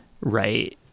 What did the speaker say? right